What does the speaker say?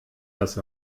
das